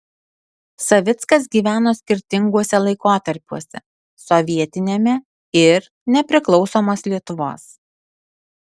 savickas gyveno skirtinguose laikotarpiuose sovietiniame ir nepriklausomos lietuvos